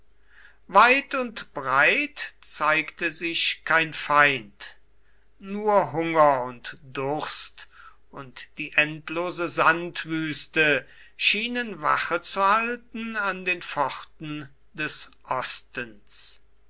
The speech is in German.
weit und breit zeigte sich kein feind nur hunger und durst und die endlose sandwüste schienen wache zu halten an den pforten des ostens